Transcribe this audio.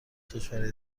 کشورهای